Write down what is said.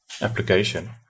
application